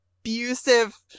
abusive